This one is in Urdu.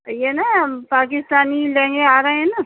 یہ نا پاکستانی لہ گے آ رہے ہیں نا